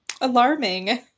alarming